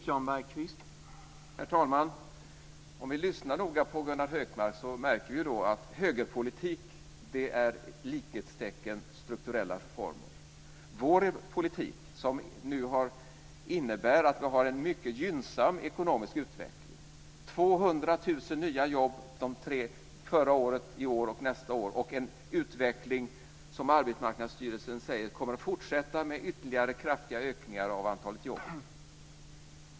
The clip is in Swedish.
Herr talman! När vi lyssnar noga på Gunnar Hökmark märker vi att högerpolitik är lika med strukturella reformer. Vår politik innebär en nu gynnsam ekonomisk utveckling. Det har blivit 200 000 nya jobb för förra året, i år och nästa år. Det är en utveckling som Arbetsmarknadsstyrelsen säger kommer att fortsätta med ytterligare jobb.